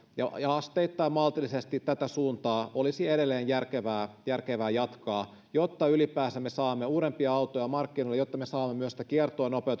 ja ja asteittain maltillisesti tätä suuntaa olisi edelleen järkevää jatkaa jotta ylipäänsä saamme uudempia autoja markkinoille jotta me saamme myös sitä kiertoa nopeutettua ja